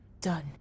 done